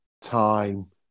time